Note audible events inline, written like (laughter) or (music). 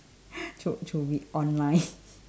(noise) to to read online (noise)